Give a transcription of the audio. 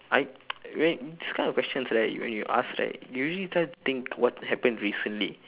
I wait this kind of questions right when you ask right you usually try to think what happened recently